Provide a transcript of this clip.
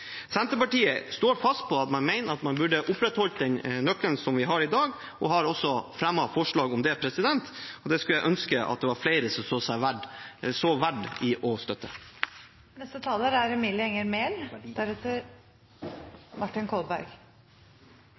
Senterpartiet står fast på at man burde opprettholdt den nøkkelen vi har i dag, og har også fremmet forslag om det. Det skulle jeg ønske flere så det